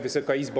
Wysoka Izbo!